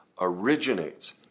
originates